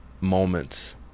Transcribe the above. moments